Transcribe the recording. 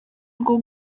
rwo